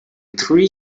three